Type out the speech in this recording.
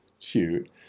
cute